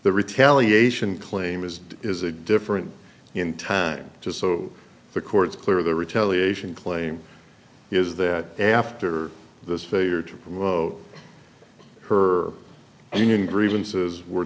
the retaliation claim is is a difference in time just so the court's clear the retaliation claim is that after this failure to promote her union grievances were